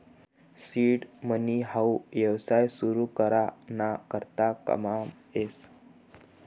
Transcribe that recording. seed money हाऊ येवसाय सुरु करा ना करता काममा येस